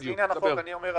אז בעניין החוק אני אומר,